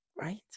Right